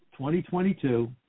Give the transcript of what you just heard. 2022